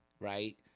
right